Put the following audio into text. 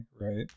right